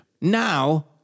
Now